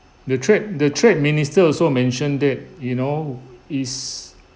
the trade the trade minister also mentioned that you know it's